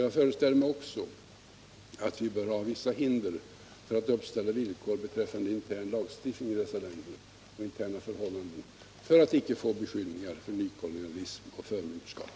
Jag föreställer mig också att det bör föreligga vissa hinder för att uppställa villkor beträffande interna förhållanden och intern lagstiftning i dessa länder, om vi inte skall bli beskyllda för nykolonialism och förmyndarskap.